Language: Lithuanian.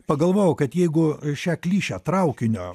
pagalvojau kad jeigu šią klišę traukinio